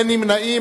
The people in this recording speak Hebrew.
אין נמנעים.